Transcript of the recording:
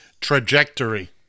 Trajectory